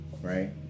Right